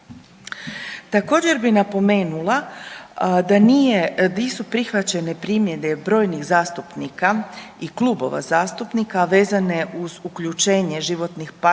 Također bi napomenula da nisu prihvaćene primjedbe brojnih zastupnika i klubova zastupnika, a vezane uz uključenje životnih partnera